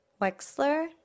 Wexler